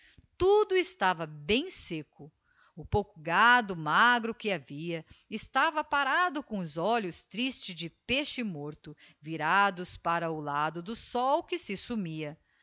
tudo estava bem secco o pouco gado magro que havia estava parado com os olhos tristes de peixe morto virados para o lado do sol que se sumia